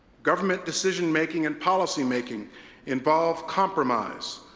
government decision-making and policy-making involve compromise,